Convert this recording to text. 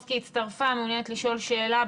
מלינובסקי הצטרפה, היא מעוניינת לשאול שאלה,